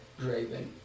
Draven